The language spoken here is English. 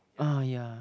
ah yeah